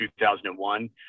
2001